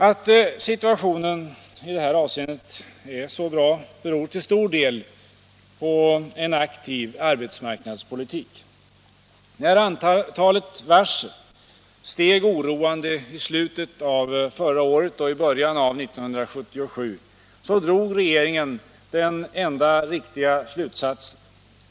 Att situationen i det här avseendet är så bra beror till stor del på en aktiv arbetsmarknadspolitik. När antalet varsel steg oroande i slutet av förra året och i början av 1977, drog regeringen den enda riktiga slutsatsen.